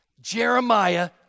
Jeremiah